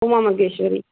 Umamaheswari